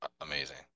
amazing